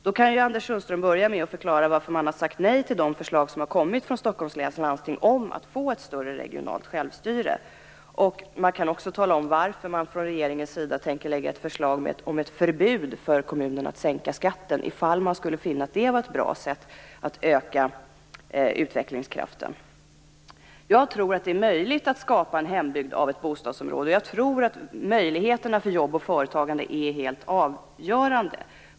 Då kan ju Anders Sundström börja med att förklara varför man har sagt nej till de förslag som har kommit från Stockholms läns landsting om att få ett större regionalt självstyre. Han kan också tala om varför man från regeringens sida tänker lägga fram ett förslag om ett förbud för kommunen att sänka skatten ifall den skulle finna att det är ett bra sätt att öka utvecklingskraften. Jag tror att det är möjligt att skapa en hembygd av ett bostadsområde. Jag tror att möjligheterna för jobb och företagande är helt avgörande.